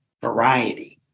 variety